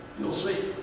you'll see.